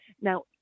now